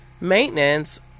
maintenance